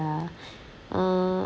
yeah uh